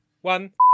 one